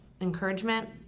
encouragement